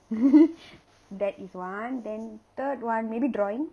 that is one then third one maybe drawing